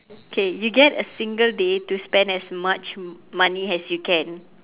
okay you get a single day to spend as much money as you can